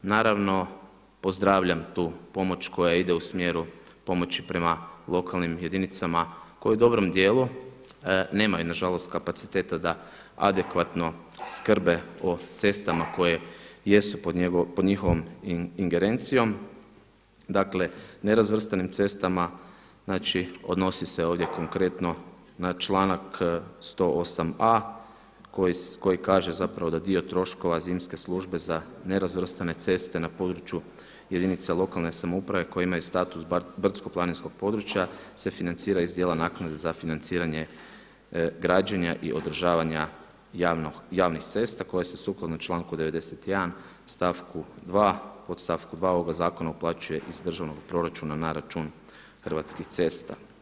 Naravno pozdravljam tu pomoć koja ide u smjeru pomoći prema lokalnim jedinicama koje u dobrom dijelu nemaju nažalost kapaciteta da adekvatno skrbe o cestama koje jesu pod njihovom ingerencijom, dakle nerazvrstanim cestama, znači odnosi se ovdje konkretno na članak 108.a koji kaže zapravo da dio troškova zimske službe za nerazvrstane ceste na području jedinica lokalne samouprave koje imaju status brdsko-planinskog područja se financiraju iz djela naknade za financiranje građenja i održavanja javnih cesta koje se sukladno članku 91., stavku 2., podstavku 2. ovoga zakona uplaćuje iz državnog proračuna na račun Hrvatskih cesta.